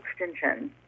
extension